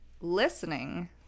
Listening